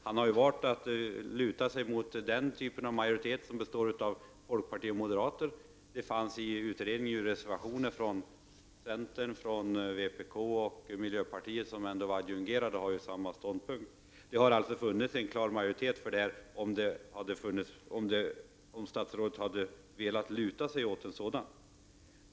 Han har valt att luta sig mot den typ av majoritet som består av folkpartister och moderater. Det fanns i utredningen reservationer från centern, vpk och miljöpartiet, vilka var adjungerade och hade samma ståndpunkt. Det hade funnits en klar majoritet för den linjen om statsrådet hade velat luta sig mot en sådan.